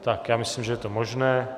Tak já myslím, že je to možné.